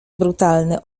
brutalny